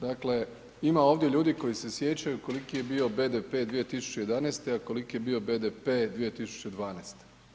Dakle, ima ovdje ljudi koji se sjećaju koliki je bio BDP 2011., a koliki je bio BDP 2012.